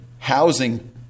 housing